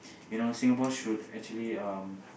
you know Singapore should actually um